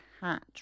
hat